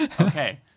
Okay